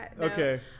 Okay